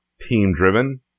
team-driven